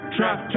Trap